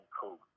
cool